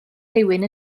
rhywun